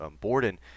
Borden